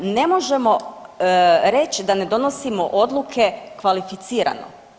Ne možemo reći da ne donosimo odluke kvalificirano.